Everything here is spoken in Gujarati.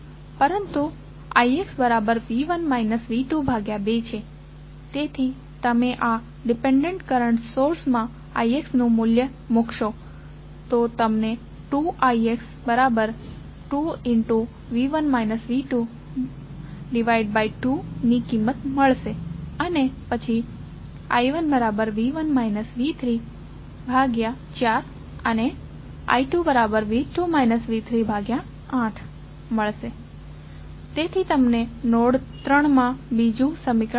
પરંતુ ix V1 V22 છે તેથી તમે આ ડિપેન્ડેન્ટ કરંટ સોર્સમાં ix નું મૂલ્ય મૂકશો તો તમને 2ix 2V1 V22 ની કિંમત મળશે અને પછી I1 V1 V34 અને I2 V2 V38 મળશે તેથી તમને નોડ 3 માંથી બીજું સમીકરણ મળ્યું